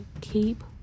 keep